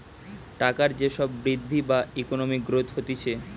টাকার যে সব বৃদ্ধি বা ইকোনমিক গ্রোথ হতিছে